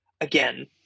again